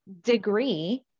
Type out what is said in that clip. degree